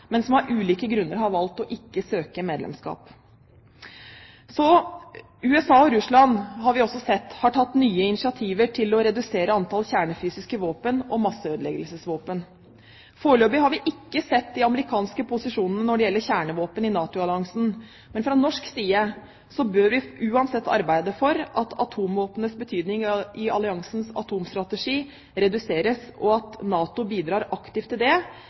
men som av ulike grunner har valgt ikke å søke medlemskap. USA og Russland har tatt nye initiativ til å redusere antall kjernefysiske våpen og masseødeleggelsesvåpen. Foreløpig har vi ikke sett de amerikanske posisjonene når det gjelder kjernevåpen i NATO-alliansen, men fra norsk side bør vi uansett arbeide for at atomvåpnenes betydning i alliansens atomstrategi reduseres, og at NATO aktivt bidrar til det